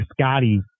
Scotty